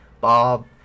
bob